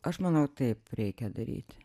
aš manau taip reikia daryti